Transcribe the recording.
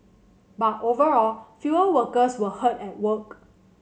but overall fewer workers were hurt at work